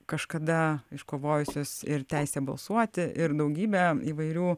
kažkada iškovojusios ir teisę balsuoti ir daugybę įvairių